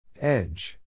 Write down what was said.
Edge